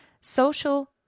Social